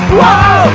whoa